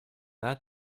that